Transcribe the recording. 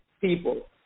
people